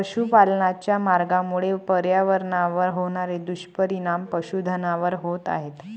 पशुपालनाच्या मार्गामुळे पर्यावरणावर होणारे दुष्परिणाम पशुधनावर होत आहेत